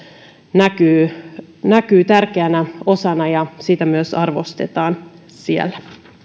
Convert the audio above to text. näkyy näkyy tärkeänä osana ja sitä myös arvostetaan siellä